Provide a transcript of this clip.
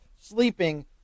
sleeping